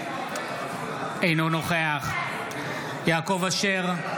אינו נוכח יעקב אשר,